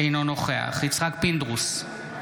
אינו נוכח יצחק פינדרוס,